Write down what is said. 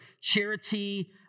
charity